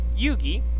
Yugi